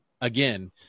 Again